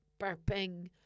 burping